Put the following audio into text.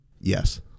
Yes